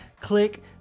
click